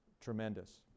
tremendous